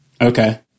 Okay